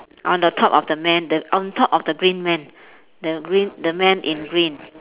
on the top of the man the on top of the green man the green the man in green